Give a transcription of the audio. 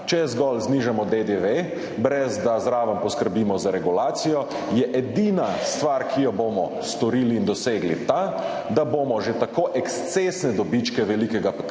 Če zgolj znižamo DDV, brez da zraven poskrbimo za regulacijo, je edina stvar, ki jo bomo storili in dosegli ta, da bomo že tako ekscesne dobičke velikega